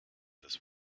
this